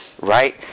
right